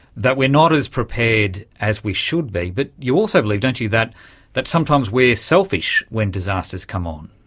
that we are not as prepared as we should be. but you also believe, don't you, that that sometimes we are selfish when disasters come on.